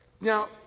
Now